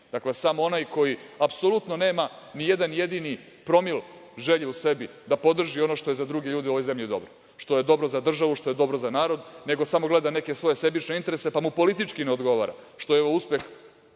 Dakle, samo onaj koji apsolutno nema ni jedan jedini promil želje u sebi da podrži ono što je za druge ljude u ovoj zemlji dobro, što je dobro za državu, što je dobro za narod, nego samo gleda neke svoje sebične interese, pa mu politički ne odgovara što je uspeh